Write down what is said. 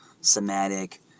somatic